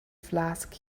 flask